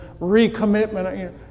recommitment